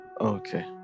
okay